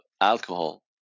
alcohol